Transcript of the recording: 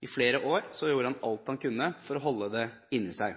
I flere år gjorde han alt han kunne for å holde det inni seg.